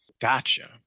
gotcha